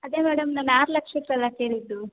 ಅದೇ ಮೇಡಮ್ ನಾನು ಆರು ಲಕ್ಷಕ್ಕಲ್ವ ಕೇಳಿದ್ದು